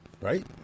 Right